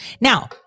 Now